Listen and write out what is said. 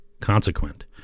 consequent